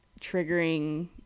triggering